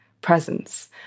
presence